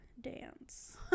dance